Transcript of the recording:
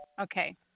Okay